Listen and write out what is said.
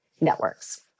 networks